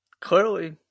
Clearly